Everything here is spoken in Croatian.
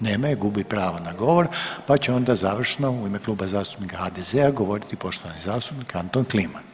Nema je gubi pravo na govor, pa će onda završno u ime Kluba zastupnika HDZ-a govoriti poštovani zastupnik Anton Kliman.